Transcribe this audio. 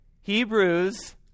Hebrews